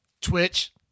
Twitch